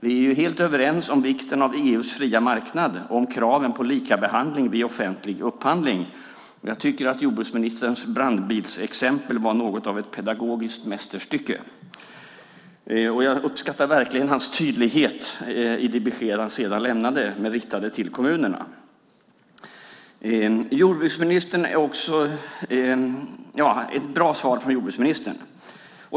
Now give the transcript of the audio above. Vi är helt överens om vikten av EU:s fria marknad och om kraven på likabehandling vid offentlig upphandling. Jag tycker att jordbruksministerns brandbilsexempel var något av ett pedagogiskt mästerstycke. Och jag uppskattar verkligen hans tydlighet i de besked han sedan lämnade riktade till kommunerna. Det var ett bra svar från jordbruksministern.